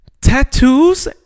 tattoos